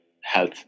health